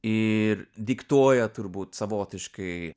ir diktuoja turbūt savotiškai